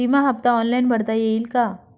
विमा हफ्ता ऑनलाईन भरता येईल का?